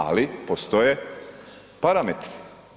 Ali postoje parametri.